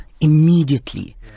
immediately